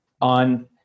on